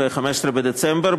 ב-15 בדצמבר,